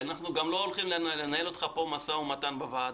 אנחנו גם לא הולכים לנהל איתך משא ומתן בוועדה.